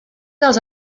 dels